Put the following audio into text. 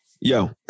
yo